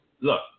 Look